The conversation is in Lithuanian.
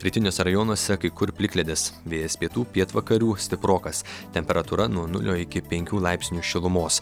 rytiniuose rajonuose kai kur plikledis vėjas pietų pietvakarių stiprokas temperatūra nuo nulio iki penkių laipsnių šilumos